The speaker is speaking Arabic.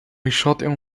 الشاطئ